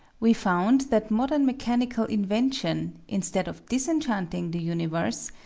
we found that modern mechanical invention, instead of disenchanting the universe,